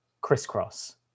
crisscross